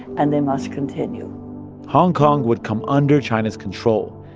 and they must continue hong kong would come under china's control,